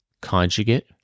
conjugate